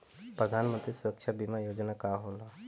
प्रधानमंत्री सुरक्षा बीमा योजना का होला?